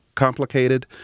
complicated